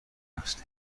asked